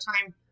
time